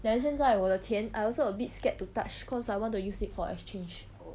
then 现在我的钱 I also a bit scared to touch cause I want to use it for exchange